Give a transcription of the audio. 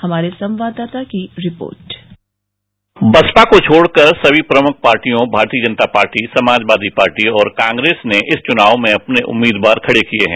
हमारे संवाददाता की एक रिपोर्ट बसपा को छोड़कर सभी प्रमुख पार्टियों भारतीय जनता पार्टी समाजवादी पार्टी और कांग्रेस ने इस चुनाव में अपने उम्मीदवार खड़े किए हैं